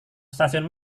stasiun